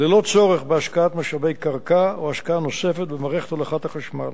ללא צורך בהשקעת משאבי קרקע או השקעה נוספת במערכת הולכת החשמל.